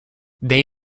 they